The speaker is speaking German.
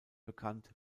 bekannt